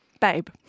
babe